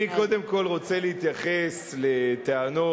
אני קודם כול רוצה להתייחס לטענות,